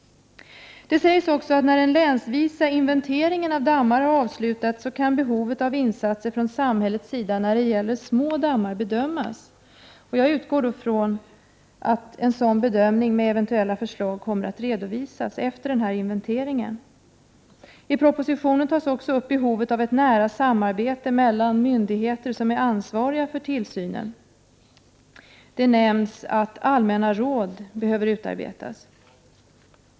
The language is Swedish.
Det sägs också att när den länsvisa ÖR inventeringen av dammar avslutats kan behovet av insatser från samhällets sida när det gäller små dammar bedömas. Jag utgår från att en sådan bedömning, med eventuella förslag, kommer att redovisas efter inventeringen. I propositionen tas också upp behovet av nära samarbete mellan myndigheter som har tillsynsansvar. Det nämns att allmänna råd behöver utarbetas.